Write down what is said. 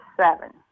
seven